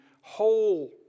whole